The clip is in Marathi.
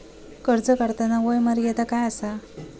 कर्ज काढताना वय मर्यादा काय आसा?